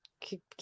keep